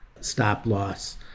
stop-loss